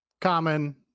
common